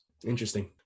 Interesting